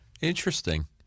Interesting